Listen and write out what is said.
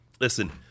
listen